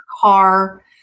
car